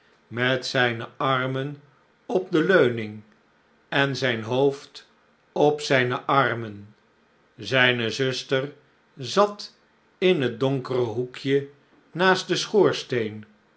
met zijne armen op de leuning en zijn hoofd op zijne armen zijne zuster zat in het donkere hoekje naast den schoorsteen